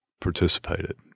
participated